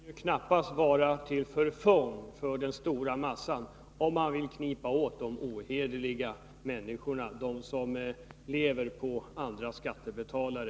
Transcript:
Fru talman! Det kan knappast vara till förfång för den stora massan om man vill knipa åt de ohederliga människorna, dem som bl.a. lever på andra skattebetalare.